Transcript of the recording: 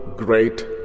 great